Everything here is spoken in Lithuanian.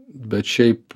bet šiaip